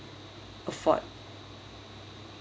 afford